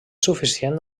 suficient